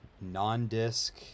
non-disc